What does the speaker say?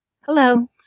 Hello